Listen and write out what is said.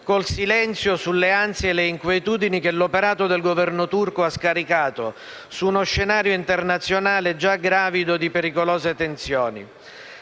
col silenzio sulle ansie e sulle inquietudini che l'operato del Governo turco ha scaricato su uno scenario internazionale già gravido di pericolose tensioni.